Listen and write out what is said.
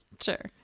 sure